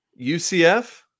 UCF